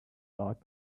lot